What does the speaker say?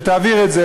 תעביר את זה